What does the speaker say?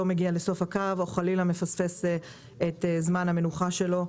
מגיע לסוף הקו או חלילה מפספס את זמן המנוחה שלו.